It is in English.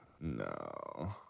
no